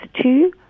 two